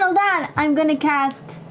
hold on, i'm going to cast